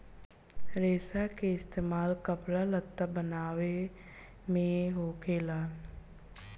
रेसा के इस्तेमाल कपड़ा लत्ता बनाये मे होखेला